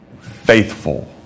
faithful